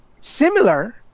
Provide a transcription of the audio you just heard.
similar